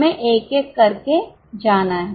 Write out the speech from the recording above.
हमें एक एक करके जाना है